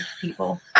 people